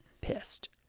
pissed